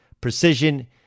precision